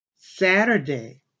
Saturday